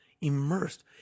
immersed